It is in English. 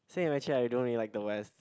same actually I don't really like the West